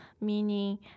Meaning